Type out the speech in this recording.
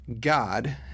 God